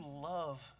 love